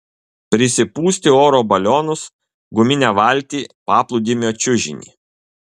prisipūsti oro balionus guminę valtį paplūdimio čiužinį